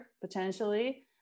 potentially